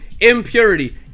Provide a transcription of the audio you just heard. impurity